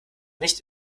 nicht